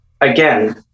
again